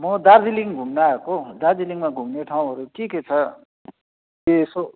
म दार्जिलिङ घुम्न आएको दार्जिलिङमा घुम्ने ठाउँहरू के के छ यसो